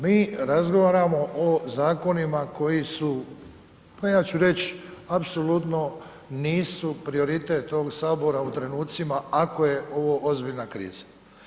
Mi razgovaramo o zakonima koji su, pa ja ću reć, apsolutno nisu prioritet ovog sabora u trenucima ako je ovo ozbiljna kriza.